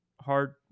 hard